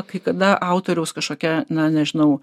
kai kada autoriaus kažkokia na nežinau